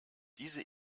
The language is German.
diese